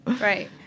right